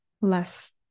less